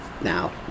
now